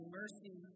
mercy